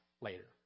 later